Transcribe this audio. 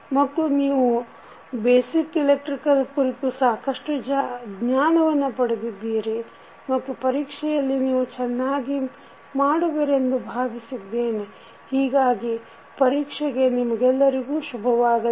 ಮತ್ತು ನೀವು basic electric ಕುರಿತು ಸಾಕಷ್ಡು ಜ್ಞಾನವನ್ನು ಪಡೆದಿದ್ದೀರಿ ಮತ್ತು ಪರೀಕ್ಷೆಗಳಲ್ಲಿ ನೀವು ಚನ್ನಾಗಿ ಮಾಡುವಿರೆಂದು ಭಾವಿಸಿದ್ದೇನೆ ಹೀಗಾಗಿ ಪರೀಕ್ಷೆಗೆ ನಿಮಗೆಲ್ಲರಿಗೂ ಶುಭವಾಗಲಿ